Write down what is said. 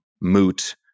moot